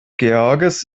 george’s